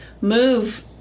move